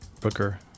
booker